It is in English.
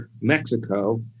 Mexico